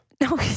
No